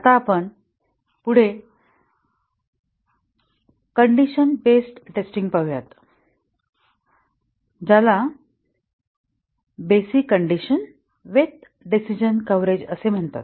आता आपण पुढे कंडिशन बेस्ड टेस्टिंग पाहूया ज्याला basic condition with decision coverage म्हणतात